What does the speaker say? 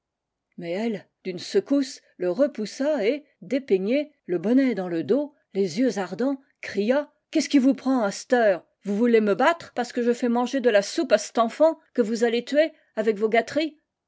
mais elle d'une secousse le repoussa et dépeignée le bonnet dans le dos les yeux ardents cria qu'est-ce qui vous prend à c't heure vous voulez me battre parce que je fais manger de la soupe à c't enfant que vous allez tuer avec vos gâteries